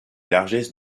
largesses